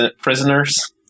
prisoners